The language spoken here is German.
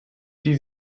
die